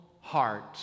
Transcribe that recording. heart